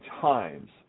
times